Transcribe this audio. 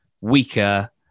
weaker